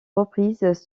reprises